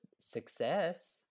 success